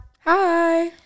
Hi